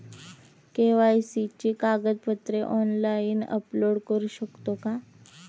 KYC ची कागदपत्रे online upload करू शकतो का?